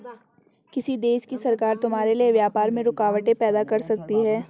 किसी देश की सरकार तुम्हारे लिए व्यापार में रुकावटें पैदा कर सकती हैं